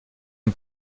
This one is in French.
une